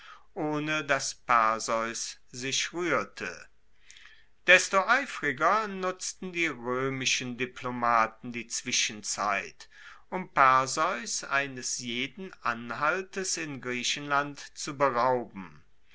ohne dass perseus sich ruehrte desto eifriger nutzten die roemischen diplomaten die zwischenzeit um perseus eines jeden anhaltes in griechenland zu berauben